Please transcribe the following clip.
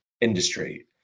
industry